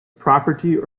property